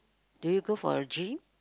do you go for the gym